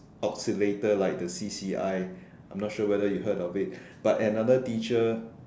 oscillator like the C C I I'm not sure whether you heard of it but another teacher